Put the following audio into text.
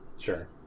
sure